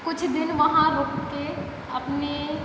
कुछ दिन वहाँ रूक कर अपने